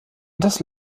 das